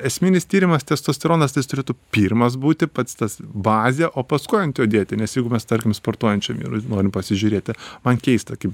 esminis tyrimas testosteronas tai jis turėtų pirmas būti pats tas bazė o paskui ant jo dėti nes jeigu mes tarkim sportuojančiam vyrui norim pasižiūrėti man keista kaip